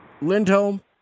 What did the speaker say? Lindholm